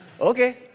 Okay